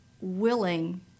willing